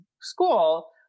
school